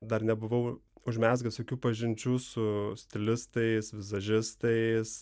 dar nebuvau užmezgęs jokių pažinčių su stilistais vizažistais